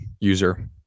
user